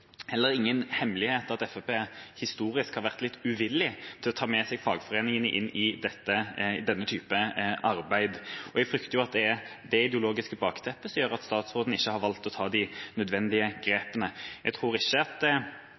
heller ingen hemmelighet at Fremskrittspartiet historisk har vært litt uvillig til å ta med seg fagforeningene inn i denne type arbeid. Jeg frykter at det er det ideologiske bakteppet som gjør at statsråden har valgt ikke å ta de nødvendige grepene. Jeg tror ikke